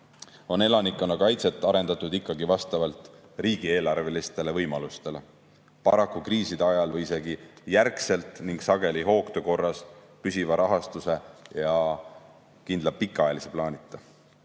on elanikkonnakaitset arendatud ikkagi vastavalt riigieelarvelistele võimalustele – paraku kriiside ajal või isegi järgselt ning sageli hoogtöö korras püsiva rahastuse ja kindla pikaajalise plaanita.